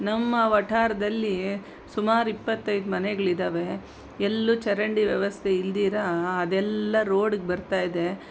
ನಮ್ಮ ವಠಾರದಲ್ಲಿ ಸುಮಾರು ಇಪ್ಪತ್ತೈದು ಮನೆಗಳಿದ್ದಾವೆ ಎಲ್ಲೂ ಚರಂಡಿ ವ್ಯವಸ್ಥೆ ಇಲ್ದಿರ ಅದೆಲ್ಲ ರೋಡಿಗೆ ಬರ್ತಾ ಇದೆ